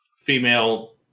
female